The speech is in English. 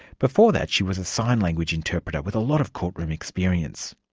before that, she was a sign language interpreter with a lot of courtroom experience.